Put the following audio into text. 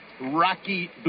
Rocky